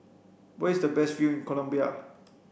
where is the best view in Colombia